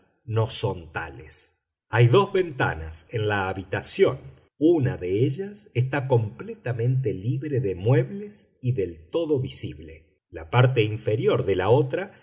no son tales hay dos ventanas en la habitación una de ellas está completamente libre de muebles y del todo visible la parte inferior de la otra